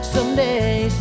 Someday